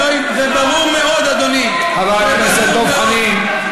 לא ברור, זה ברור מאוד, אדוני.